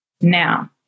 Now